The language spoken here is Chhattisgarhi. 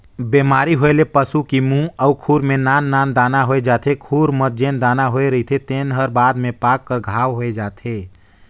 बेमारी होए ले पसू की मूंह अउ खूर में नान नान दाना होय जाथे, खूर म जेन दाना होए रहिथे तेन हर बाद में पाक कर घांव हो जाथे